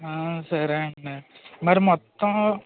సరే అండి మరి మొత్తం